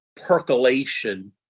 percolation